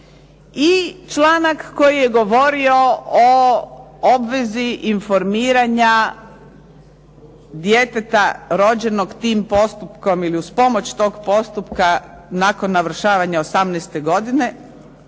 i članak koji je govorio o obvezi informiranja djeteta rođenog tim postupkom ili uz pomoć tog postupka nakon navršavanja 18 godine,